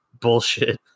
bullshit